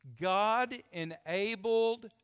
God-enabled